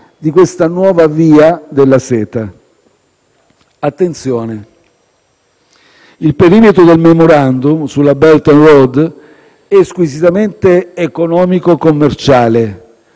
di questa nuova Via della Seta. Attenzione: il perimetro del *memorandum* sulla Belt and Road è squisitamente economico-commerciale.